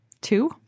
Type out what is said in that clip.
two